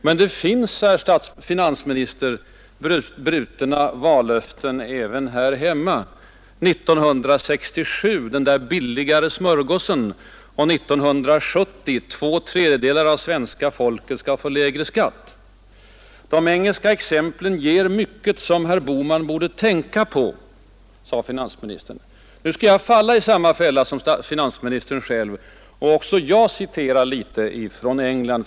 Men det finns, herr finansminister, brutna vallöften även här hemma. Jag kan nämna vallöftet från 1967 om den billigare smörgåsen och från 1970 om att två tredjedelar av svenska folket skulle få lägre skatt. De engelska exemplen ger mycket som herr Bohman borde tänka på, sade finansministern. Därför skall jag för en gångs skull acceptera finansministerns jämförelser och liksom han citera från England.